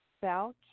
Val